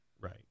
Right